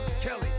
Kelly